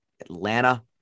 Atlanta